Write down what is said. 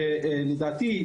לדעתי,